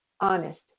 honest